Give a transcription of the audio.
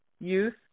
youth